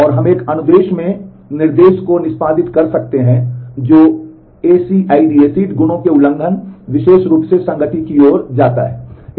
और हम एक अनुदेश में निर्देश को निष्पादित कर सकते हैं जो एसिड गुणों के उल्लंघन विशेष रूप से संगति की ओर जाता है